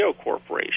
Corporation